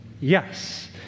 Yes